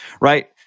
right